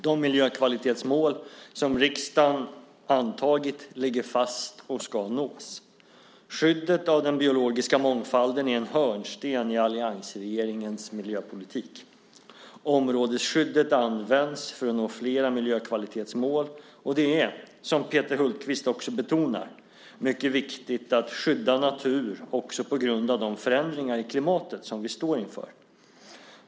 De miljökvalitetsmål som riksdagen antagit ligger fast och ska nås. Skyddet av den biologiska mångfalden är en hörnsten i alliansregeringens miljöpolitik. Områdesskyddet används för att nå flera miljökvalitetsmål och det är, som Peter Hultqvist också betonar, mycket viktigt att skydda natur också på grund av de förändringar i klimatet som vi står inför.